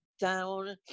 down